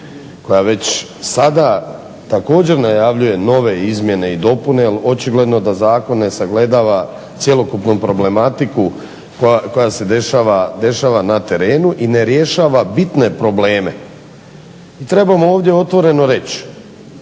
koja već sada također najavljuje nove izmjene i dopune jer očigledno da zakon ne sagledava cjelokupnu problematiku koja se dešava na terenu i ne rješava bitne probleme. Trebamo ovdje otvoreno reći,